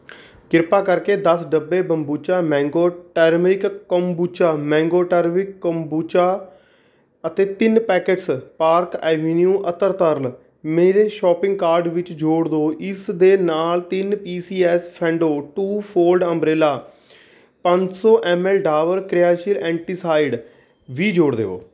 ਕ੍ਰਿਪਾ ਕਰਕੇ ਦਸ ਡੱਬੇ Bombucha mango turmeric kombucha mango turmeric kombucha ਅਤੇ ਤਿੰਨ ਪੈਕੇਟਸ ਪਾਰਕ ਐਵਨਿਊ ਅਤਰ ਤਰਲ ਮੇਰੇ ਸ਼ੋਪਿੰਗ ਕਾਰਟ ਵਿੱਚ ਜੋੜ ਦਿਓ ਇਸ ਦੇ ਨਾਲ ਤਿੰਨ PCS Fendo two fold umbrella ਪੰਜ ਸੌ M L Dabur crash antacid ਵੀ ਜੋੜ ਦਿਓ